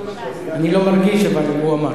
אני לא מרגיש, אבל הוא אמר.